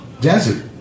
desert